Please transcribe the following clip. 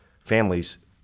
families